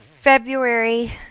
February